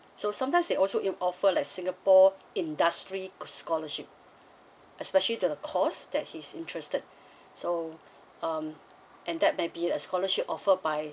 so sometimes they also will offer like singapore industry scholarship especially the course that he's interested so um and that maybe a scholarship offered by